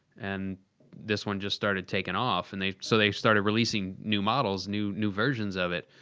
and this one just started taking off. and they. so they started releasing new models, new new versions of it,